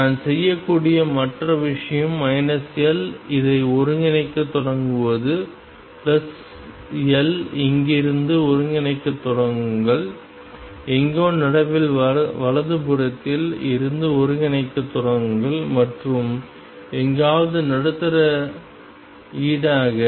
நான் செய்யக்கூடிய மற்ற விஷயம் L இதை ஒருங்கிணைக்கத் தொடங்குவது L இங்கிருந்து ஒருங்கிணைக்கத் தொடங்குங்கள் எங்கோ நடுவில் வலது புறத்தில் இருந்து ஒருங்கிணைக்கத் தொடங்குங்கள் மற்றும் எங்காவது நடுத்தர ஈடாக